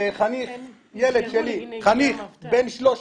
ילד שלי, חניך בן 13